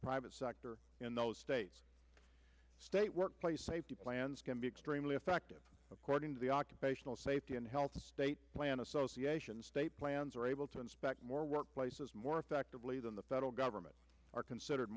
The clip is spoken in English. private sector in those states state workplace safety plans can be extremely effective according to the occupational safety and health state plan association state plans are able to inspect more workplaces more effectively than the federal government are considered